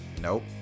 Nope